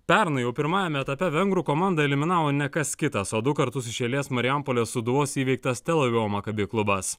pernai jau pirmajame etape vengrų komandą eliminavo ne kas kitas o du kartus iš eilės marijampolės sūduvos įveiktas tel avivo maccabi klubas